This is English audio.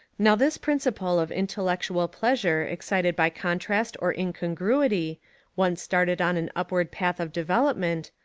now this principle of intellectual pleasure excited by contrast or incongruity, once started on an upward path of development,